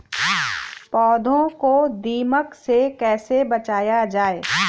पौधों को दीमक से कैसे बचाया जाय?